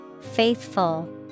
Faithful